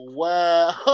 wow